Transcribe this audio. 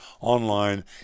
online